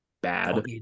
Bad